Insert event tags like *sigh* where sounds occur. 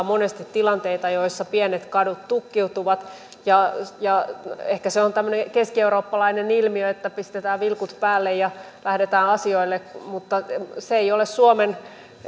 *unintelligible* monesti tilanteita joissa pienet kadut tukkiutuvat ehkä se on tämmöinen keskieurooppalainen ilmiö että pistetään vilkut päälle ja lähdetään asioille mutta se ei ole suomen